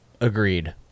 agreed